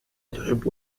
تحب